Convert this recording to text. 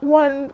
one